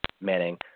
Manning